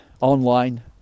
online